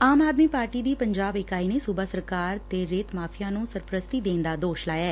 ਆਮ Aadmi party ਦੀ ਪੰਜਾਬ ਇਕਾਈ ਨੇ ਸੂਬਾ ਸਰਕਾਰ ਤੇ ਰੇਤ ਮਾਫੀਆ ਨੂੰ ਸਰਪ੍ਸਤੀ ਦੇਣ ਦਾ ਦੋਸ਼ ਲਾਇਐ